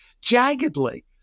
jaggedly